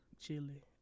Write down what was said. chili